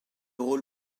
rôle